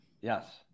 Yes